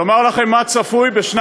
עכשיו אני רוצה לומר לכם מה צפוי בשנת